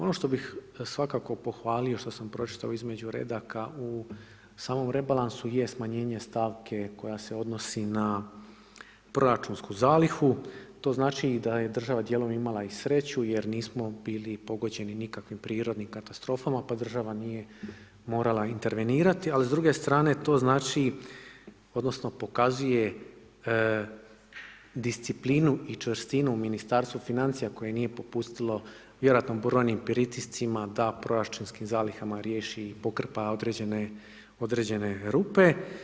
Ono što bih svakako pohvalio, što sam pročitao između redaka u samom rebalansu je smanjenje stavke koja se odnosi na proračunsku zalihu, to znači da je država djelom imala i sreću jer nismo bili pogođeni nikakvim prirodnim katastrofama pa država nije morala intervenirati a s druge strane to znači odnosno pokazuje disciplinu i čvrstinu Ministarstva financija koje nije popustilo vjerojatno brojnim pritiscima da proračunskim zalihama riješi i pokrpa određene rupe.